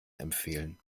empfehlen